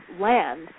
land